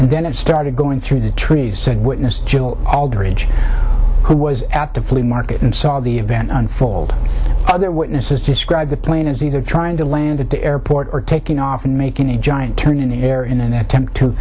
and then it started going through the trees said witness aldridge who was at the flea market and saw the event unfold other witnesses describe the plane as either trying to land at the airport or taking off and making a giant turn in the air in an attempt to